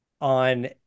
on